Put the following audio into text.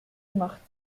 macht